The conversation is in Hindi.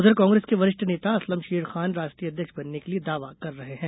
उधर कांग्रेस के वरिष्ठ नेता असलम शेर खान राष्ट्रीय अध्यक्ष बनने के लिए दावा कर रहे हैं